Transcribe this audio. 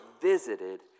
visited